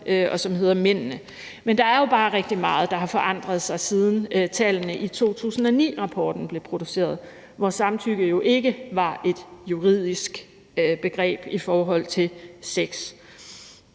Del IV: Gerningsmændene«. Men der er jo bare rigtig meget, der har forandret sig, siden tallene i 2009-rapporten blev produceret, hvor samtykket ikke var et juridisk begreb i forhold til sex,